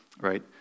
right